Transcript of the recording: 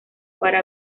para